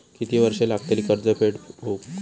किती वर्षे लागतली कर्ज फेड होऊक?